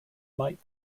might